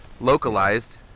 localized